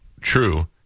True